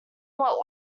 what